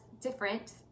different